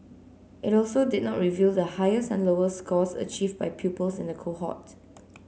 it also did not reveal the highest and lowest scores achieved by pupils in the cohort